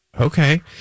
Okay